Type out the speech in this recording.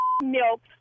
milk